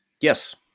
Yes